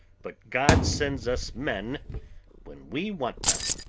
but god sends us men when we want them.